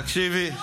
תקשיבי,